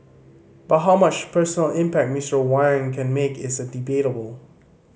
but how much personal impact Mister Wang can make is debatable